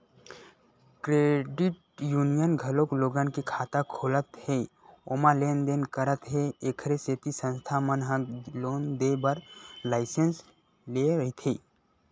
credit union घलोक लोगन के खाता खोलत हे ओमा लेन देन करत हे एखरे सेती संस्था मन ह लोन देय बर लाइसेंस लेय रहिथे